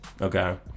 okay